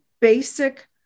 basic